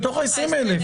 זה מתוך 20,000, בסדר?